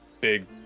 Big